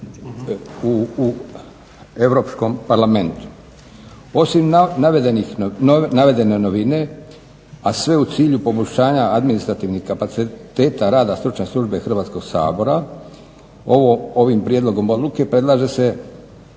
u Europskom parlamentu. Osim navedenih, navedene novine, a sve u cilju poboljšanja administrativnih kapaciteta rada stručne službe Hrvatskog sabora, ovim Prijedlogom odluke predlaže se